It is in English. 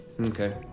Okay